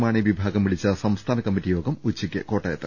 മാണി വിഭാഗം വിളിച്ച സംസ്ഥാന കമ്മിറ്റി യോഗം ഉച്ചയ്ക്ക് കോട്ടയത്ത്